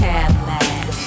Cadillac